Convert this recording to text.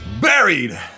Buried